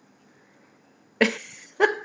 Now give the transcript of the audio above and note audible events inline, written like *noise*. *laughs*